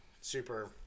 super